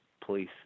police